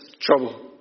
trouble